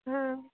हाँ